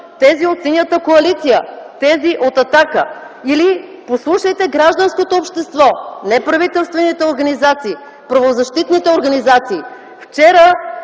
тези от Синята коалиция, тези от „Атака”, или послушайте гражданското общество, неправителствените организации, правозащитните организации! Вчера